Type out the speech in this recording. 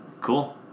cool